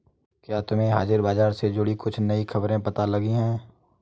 क्या तुम्हें हाजिर बाजार से जुड़ी कुछ नई खबरें पता लगी हैं?